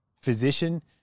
Physician